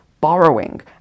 borrowing